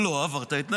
אז הם קוראים לו,